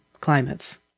climates